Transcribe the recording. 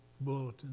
bulletin